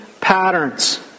patterns